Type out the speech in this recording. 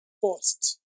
post